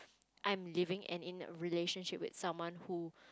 I'm living and in a relationship with someone who